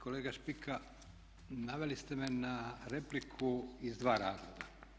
Kolega Špika, naveli ste me na repliku iz dva razloga.